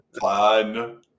Fun